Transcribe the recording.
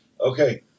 okay